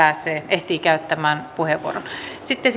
ehtii käyttämään puheenvuoron sitten